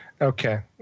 Okay